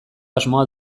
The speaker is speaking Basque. asmoa